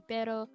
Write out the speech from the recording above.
Pero